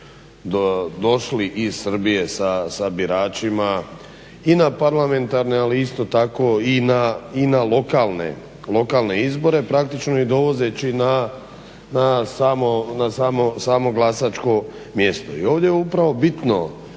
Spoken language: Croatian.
došli iz Srbije sa biračima i na parlamentarne ali isto tako i na lokalne izbore praktično ih dovozeći na samo glasačko mjesto. I ovdje je upravo bitan